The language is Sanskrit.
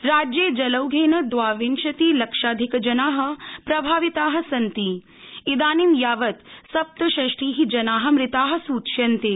राज्ये जलौघेन द्वाविंशति लक्षाधिकजना प्रभाविता सन्ति इदानीं यावत् सप्तषष्टि जना मृता सूच्यन्ते